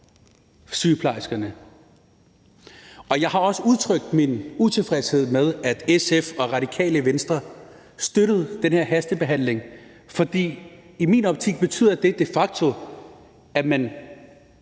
sygeplejerskerne, og jeg har også udtrykt min utilfredshed med, at SF og Radikale Venstre støttede den her hastebehandling, fordi det i min optik de facto betyder, at man